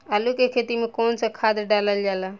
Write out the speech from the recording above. आलू के खेती में कवन सा खाद डालल जाला?